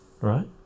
right